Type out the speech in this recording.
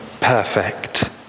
perfect